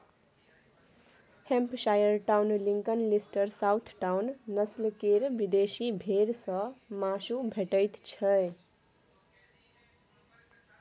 Hampshire Down, Lincoln, Leicester, Southdown, नस्ल केर विदेशी भेंड़ सँ माँसु भेटैत छै